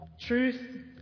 Truth